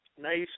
Nice